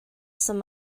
some